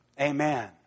Amen